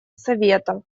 совета